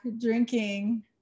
drinking